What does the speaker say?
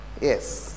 yes